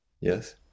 Yes